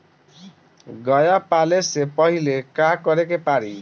गया पाले से पहिले का करे के पारी?